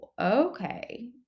okay